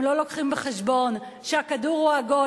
הם לא לוקחים בחשבון שהכדור הוא עגול